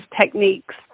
techniques